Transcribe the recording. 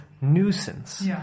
nuisance